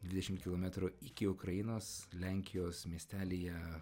dvidešimt kilometrų iki ukrainos lenkijos miestelyje